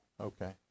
Okay